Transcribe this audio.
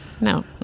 No